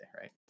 right